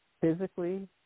physically